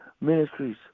ministries